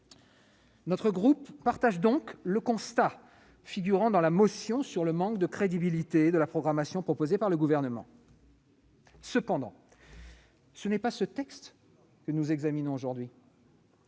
Notre groupe partage donc le constat figurant dans la motion sur le manque de crédibilité de la programmation proposée par le Gouvernement. Cependant, ce n'est pas ce texte que nous examinons aujourd'hui.